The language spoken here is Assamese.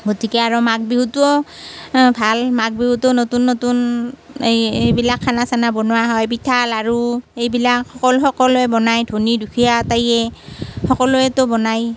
গতিকে আৰু মাঘ বিহুটো ভাল মাঘ বিহুটো নতুন নতুন এই এইবিলাক খানা চানা বনোৱা হয় পিঠা লাড়ু এইবিলাক সকল সকলোৱেই বনায় ধনী দুখীয়া আটাইয়ে সকলোৱেতো বনায়